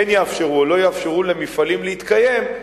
יאפשרו או לא יאפשרו למפעלים להתקיים,